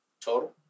Total